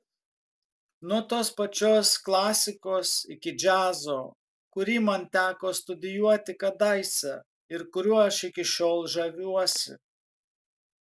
nuo tos pačios klasikos iki džiazo kurį man teko studijuoti kadaise ir kuriuo aš iki šiol žaviuosi